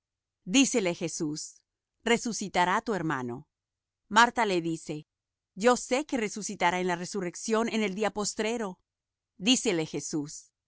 dícele jesús resucitará tu hermano marta le dice yo sé que resucitará en la resurrección en el día postrero dícele jesús